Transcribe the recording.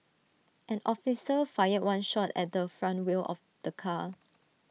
an officer fired one shot at the front wheel of the car